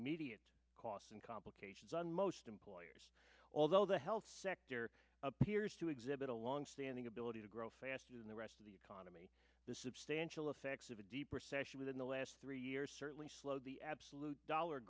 immediate costs and complications on most employers although the health sector appears to exhibit a long standing ability to grow faster than the rest of the economy the substantial effects of a deep recession within the last three years certainly slowed the absolute dollar